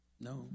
No